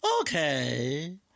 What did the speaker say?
Okay